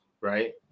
right